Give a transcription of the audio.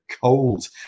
cold